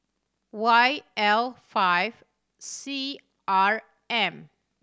Y L five C R M